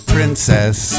Princess